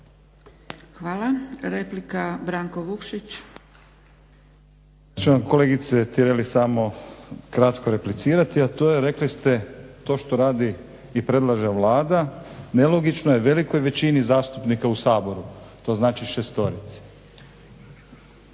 na repliku Branko Vukšić.